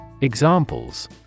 Examples